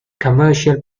commercial